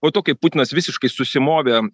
po to kai putinas visiškai susimovė